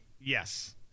Yes